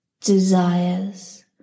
desires